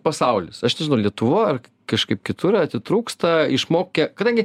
pasaulis aš nežinau lietuva ar kažkaip kitur atitrūksta išmokė kadangi